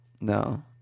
no